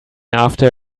after